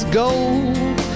gold